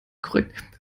korrekt